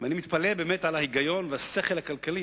ואני מתפלא על ההיגיון והשכל הכלכלי.